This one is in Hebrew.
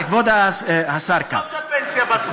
עזוב את הפנסיה בתקופה.